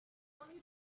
only